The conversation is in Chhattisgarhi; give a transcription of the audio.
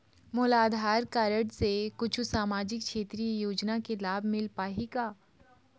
मोला आधार कारड से कुछू सामाजिक क्षेत्रीय योजना के लाभ मिल पाही का?